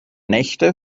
nächte